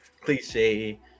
cliche